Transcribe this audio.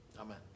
Amen